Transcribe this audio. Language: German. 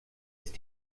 ist